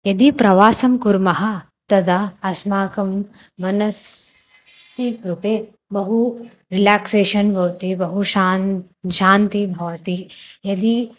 यदि प्रवासं कुर्मः तदा अस्माकं मनसः कृते बहू रिलाक्सेशन् भवति बहु शान्तिः शान्तिः भवति यदि